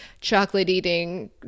chocolate-eating